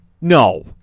no